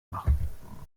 machen